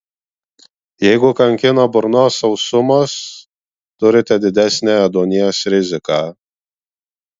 jeigu kankina burnos sausumas turite didesnę ėduonies riziką